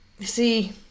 see